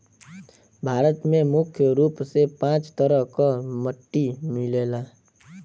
भारत में मुख्य रूप से पांच तरह क मट्टी मिलला